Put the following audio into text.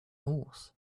horse